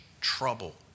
trouble